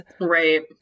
Right